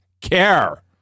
care